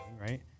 right